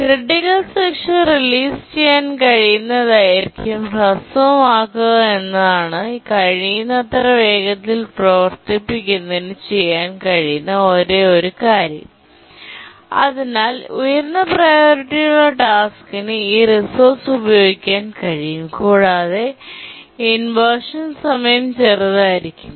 critical section release ചെയ്യാൻ കഴിയുന്ന ദൈർഘ്യം ഹ്രസ്വമാക്കുകയെന്നതാണ് കഴിയുന്നത്ര വേഗത്തിൽ പ്രവർത്തിപ്പിക്കുന്നതിന് ചെയ്യാൻ കഴിയുന്ന ഒരേയൊരു കാര്യം അതിനാൽ ഉയർന്ന പ്രിയോറിറ്റിയുള്ള ടാസ്ക്കിന് ഈ റിസോഴ്സ് ഉപയോഗിക്കാൻ കഴിയും കൂടാതെ ഇൻവെർഷൻ സമയം ചെറുതായിരിക്കും